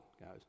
guys